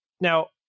Now